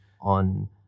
on